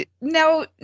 Now